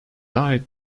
diet